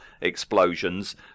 explosions